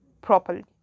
properly